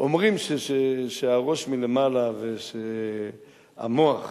אומרים כשהראש מלמעלה והמוח,